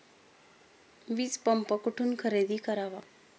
वीजपंप कुठून खरेदी करावा?